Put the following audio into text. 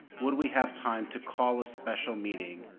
would we have time to call a special meeting,